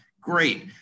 Great